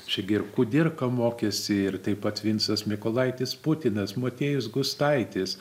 čia gi ir kudirka mokėsi ir taip pat vincas mykolaitis putinas motiejus gustaitis